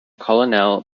colonel